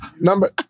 Number